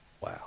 wow